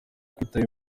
kwitaba